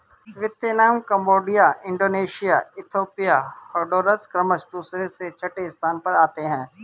Vietnam Cambodia Indonesia Ethiopia Honduras क्रमशः दूसरे से छठे स्थान पर आते हैं